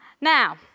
Now